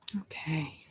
Okay